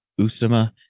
Usama